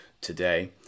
today